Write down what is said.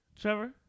Trevor